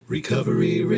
Recovery